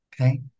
Okay